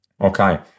Okay